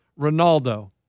Ronaldo